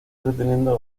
reteniendo